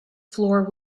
floor